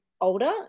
older